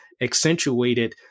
accentuated